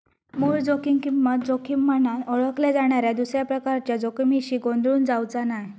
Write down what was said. मूळ जोखीम किंमत जोखीम म्हनान ओळखल्या जाणाऱ्या दुसऱ्या प्रकारच्या जोखमीशी गोंधळून जावचा नाय